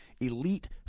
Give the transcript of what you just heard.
elite